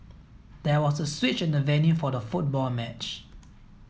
there was a switch in the venue for the football match